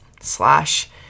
slash